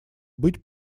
быть